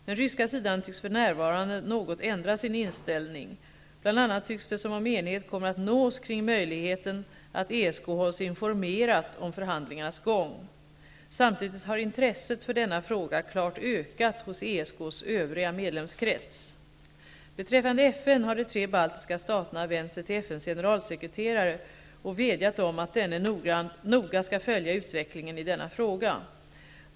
Den ryska sidan tycks för närvarande något ändra sin inställning. Bl.a. tycks det som om enighet kommer att nås kring möjligheten att ESK hålls informerat om förhandlingarnas gång. Samtidigt har intresset för denna fråga klart ökat hos ESK:s övriga medlemskrets. Beträffande FN har de tre baltiska staterna vänt sig till FN:s generalsekreterare och vädjat om att denne noga skall följa utvecklingen i denna fråga.